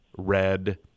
red